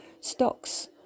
stocks